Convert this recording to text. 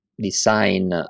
design